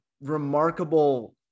remarkable